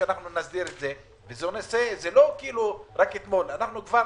אנחנו כבר